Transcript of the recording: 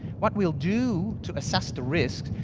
what we'll do to assess the risk,